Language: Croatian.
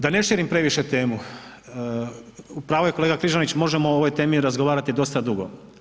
Da ne širim previše temu, u pravu je kolega Križanić, možemo o ovoj temi razgovarati dosta dugo.